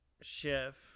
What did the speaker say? chef